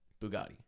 Bugatti